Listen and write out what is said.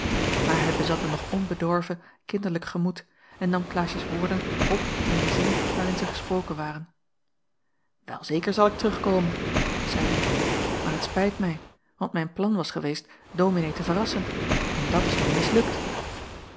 maar hij bezat een nog onbedorven kinderlijk gemoed en nam klaasjes woorden op in den zin waarin zij gesproken waren wel zeker zal ik terugkomen zeide hij maar t spijt mij want mijn plan was geweest dominee te verrassen en dat is nu mislukt